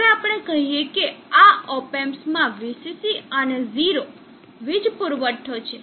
હવે આપણે કહી શકીએ કે આ ઓપેમ્પ માં VCC અને 0 વીજ પુરવઠો છે